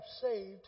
saved